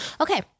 okay